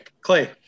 Clay